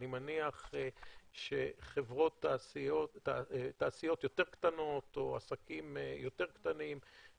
אני מניח שתעשיות יותר קטנות או עסקים יותר קטנים,